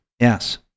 yes